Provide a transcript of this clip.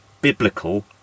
biblical